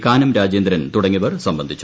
കാനം രാജേന്ദ്രൻ തുടങ്ങിയവർ സംബന്ധിച്ചു